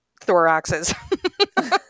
thoraxes